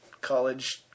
college